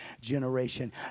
generation